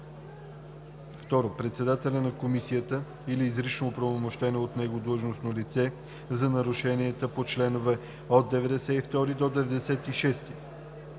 2. председателя на Комисията или изрично оправомощено от него длъжностно лице – за нарушенията по чл. 92 – 96;